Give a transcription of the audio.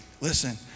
listen